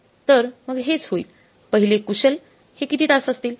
तर मग हेच होईल पहिले कुशल हे किती तास असतील